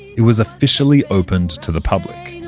it was officially opened to the public.